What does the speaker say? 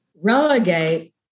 relegate